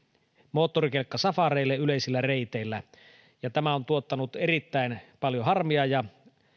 moottorikelkkasafareille yleisillä reiteillä tämä on tuottanut erittäin paljon harmia ja